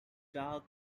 dark